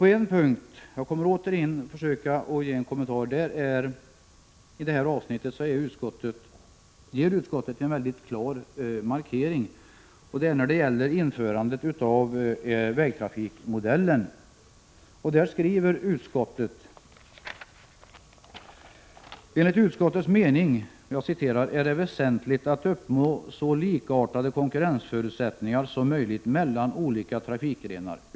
På en punkt — jag vill försöka ge en kommentar till detta avsnitt — gör utskottet en klar markering, nämligen när det gäller införandet av vägtrafikmodellen. Utskottet skriver: ”Enligt utskottets mening är det väsentligt att uppnå så likartade konkurrensförutsättningar som möjligt mellan olika trafikgrenar.